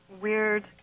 weird